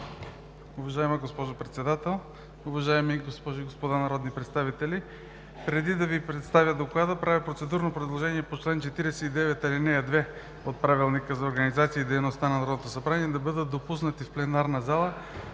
Уважаема госпожо Председател, уважаеми госпожи и господа народни представители! Преди да Ви представя доклада, правя процедурно предложение по чл. 49, ал. 2 от Правилника за организацията и дейността на Народното събрание да бъдат допуснати в пленарната зала: